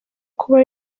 kuba